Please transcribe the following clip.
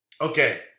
Okay